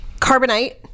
Carbonite